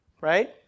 right